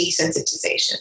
desensitization